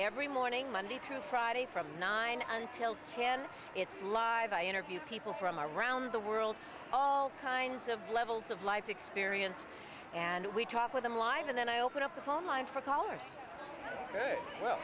every morning monday through friday from nine until she can live i interview people from around the world all kinds of levels of life experience and we talk with them live and then i open up the phone line for callers i'll